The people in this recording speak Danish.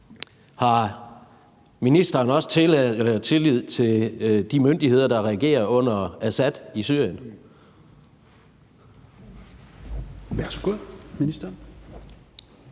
Har ministeren også tillid til de myndigheder, der regerer under Assad i Syrien? Kl. 10:25 Fjerde